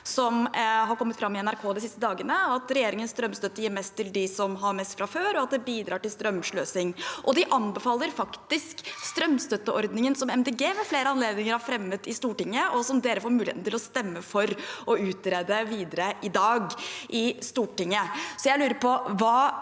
som har kommet fram i NRK de siste dagene: at regjeringens strømstøtte gir mest til dem som har mest fra før, og at det bidrar til strømsløsing. De anbefaler faktisk strømstøtteordningen som Miljøpartiet De Grønne ved flere anledninger har fremmet i Stortinget, og som man i dag får muligheten til å stemme for å utrede videre. Jeg lurer på: